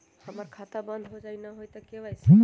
हमर खाता बंद होजाई न हुई त के.वाई.सी?